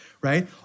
Right